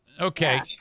okay